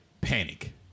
panic